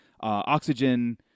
oxygen